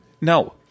No